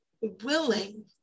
willing